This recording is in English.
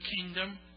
kingdom